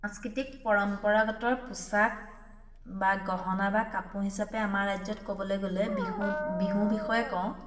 সাংস্কৃতিক পৰম্পৰাগত পোচাক বা গহনা বা কাপোৰ হিচাপে আমাৰ ৰাজ্যত ক'বলৈ গ'লে বিহু বিহুৰ বিষয়ে কওঁ